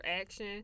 action